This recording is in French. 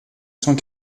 cent